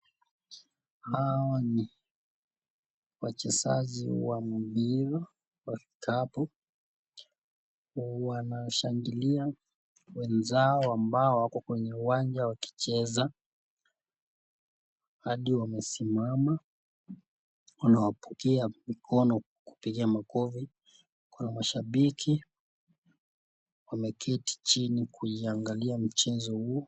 Hawa ni wachezaji wa mpira wa kikapu wanashangilia wenzao ambao wako kwenye uwanja wakicheza hadi wamesimama wanawapungia mikono kupiga makofi kuna mashabiki wameketi chini kuiangallia mchezo huu.